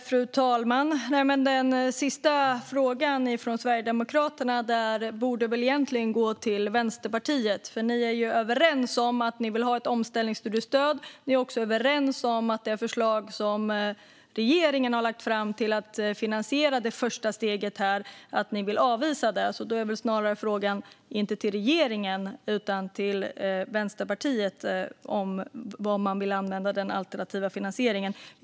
Fru talman! Den sista frågan från Sverigedemokraterna borde väl egentligen gå till Vänsterpartiet, för ni är ju överens om att ni vill ha ett omställningsstudiestöd. Ni är också överens om att ni vill avvisa det förslag som regeringen har lagt fram för att finansiera det första steget. Då är väl frågan inte till regeringen utan snarare till Vänsterpartiet om man vill använda denna alternativa finansiering.